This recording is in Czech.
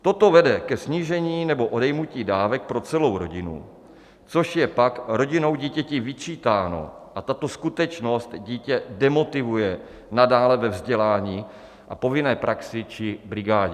Toto vede ke snížení nebo odejmutí dávek pro celou rodinu, což je pak rodinou dítěti vyčítáno a tato skutečnost dítě demotivuje nadále ve vzdělání a povinné praxi či brigádě.